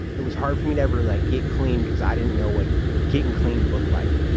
it was hard for me to ever like get clean because i didn't know what gettin' clean looked like.